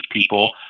people